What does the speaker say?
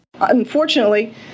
Unfortunately